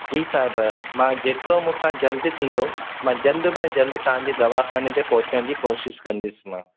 जी साहिब मां जेतिरो मूसां जल्दी थींदो मां जल्द बाय जल्द तव्हां जे दवा खाने ते पहुचण जी कोशिशि कंदुसि मां